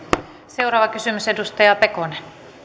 seuraava kysymys edustaja pekonen